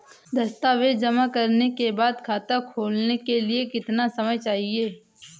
दस्तावेज़ जमा करने के बाद खाता खोलने के लिए कितना समय चाहिए?